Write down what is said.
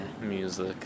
Music